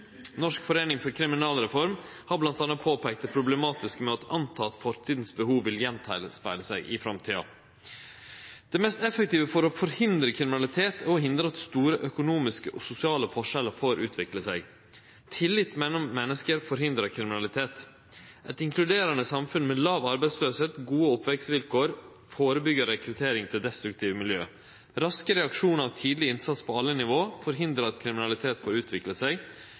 Norsk forening for kriminalreform har bl.a. peika på det problematiske med å anta at «fortidens behov vil gjenspeile seg i framtidens». Det mest effektive for å forhindre kriminalitet er å hindre at store økonomiske og sosiale forskjellar får utvikle seg. Tillit mellom menneske forhindrar kriminalitet. Eit inkluderande samfunn med låg arbeidsløyse og gode oppvekstvilkår førebyggjer rekruttering til destruktive miljø. Raske reaksjonar og tidleg innsats på alle nivå forhindrar at kriminalitet får utvikle seg